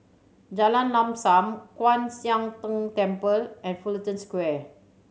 Jalan Lam Sam Kwan Siang Tng Temple and Fullerton Square